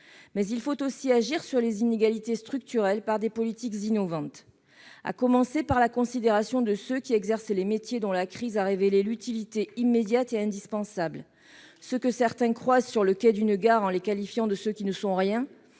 ... Il faut aussi agir sur les inégalités structurelles par des politiques innovantes et commencer par la considération de ceux qui exercent les métiers dont la crise a révélé l'utilité immédiate et indispensable, ceux que certains croisent sur le quai d'une gare en disant qu'ils « ne sont rien